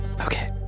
Okay